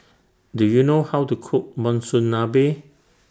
Do YOU know How to Cook Monsunabe